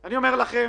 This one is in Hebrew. אני אומר לכם,